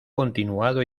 continuado